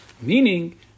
Meaning